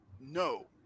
no